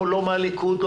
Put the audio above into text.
לא בליכוד,